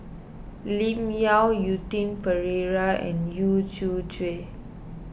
Lim Yau Quentin Pereira and Yu